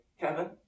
Kevin